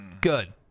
good